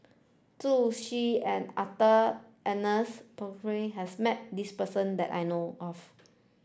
Zhu Xu and Arthur Ernest Percival has met this person that I know of